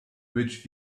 which